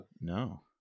No